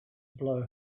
blow